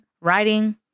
writing